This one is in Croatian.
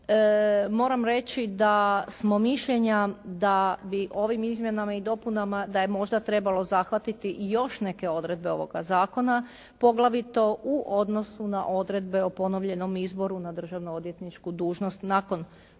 Moram reći da smo mišljenja da bi ovim izmjenama i dopunama da je možda trebalo zahvatiti i još neke odredbe ovoga zakona poglavito u odnosu na odredbe o ponovljenom izboru na državnoodvjetničku dužnost nakon